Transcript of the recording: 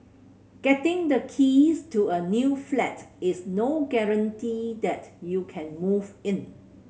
getting the keys to a new flat is no guarantee that you can move in